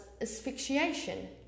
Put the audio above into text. asphyxiation